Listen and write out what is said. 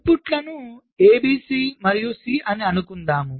ఇన్పుట్లను A B మరియు C అని అనుకుందాం